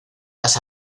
las